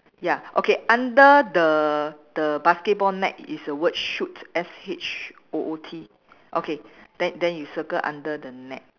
ya okay under the the basketball net is the word shoot S H O O T okay then then you circle under the net